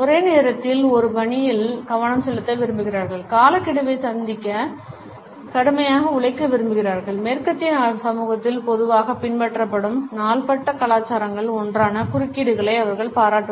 ஒரு நேரத்தில் ஒரு பணியில் கவனம் செலுத்த விரும்புகிறார்கள் காலக்கெடுவைச் சந்திக்க கடுமையாக உழைக்க விரும்புகிறார்கள் மேற்கத்திய சமூகத்தில் பொதுவாக பின்பற்றப்படும் நாள்பட்ட கலாச்சாரங்களில் ஒன்றான குறுக்கீடுகளை அவர்கள் பாராட்டுவதில்லை